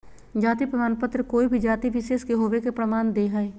जाति प्रमाण पत्र कोय भी जाति विशेष के होवय के प्रमाण दे हइ